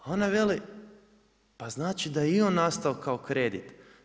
Ona veli pa znači da je i on nastao kao kredit.